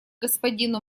господину